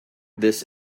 this